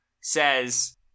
says